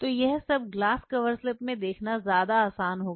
तो यह सब ग्लास कवर स्लिप से देखना ज्यादा आसान होगा